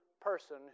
person